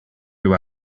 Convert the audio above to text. you